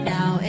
Now